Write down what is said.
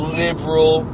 liberal